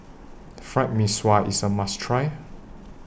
Fried Mee Sua IS A must Try